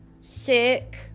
sick